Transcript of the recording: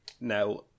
Now